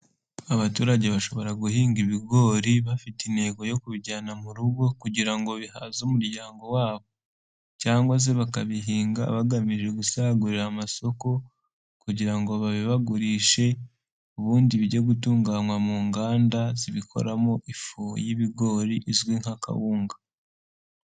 Abaturage bashobora guhinga ibigori bafite intego yo kubijyana mu rugo kugira ngo bihaze umuryango wabo cyangwa se bakabihinga bagamije gusagurira amasoko kugira ngo babibagurishe ubundi bijye gutunganywa mu nganda zibikoramo ifu y'ibigori izwi nk'akawunga.